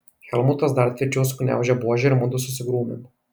helmutas dar tvirčiau sugniaužė buožę ir mudu susigrūmėm